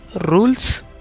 rules